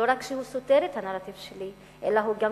לא רק שהוא סותר את הנרטיב שלי, אלא הוא גם